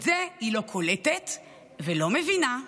את זה היא לא קולטת ולא מבינה.